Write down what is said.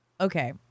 Okay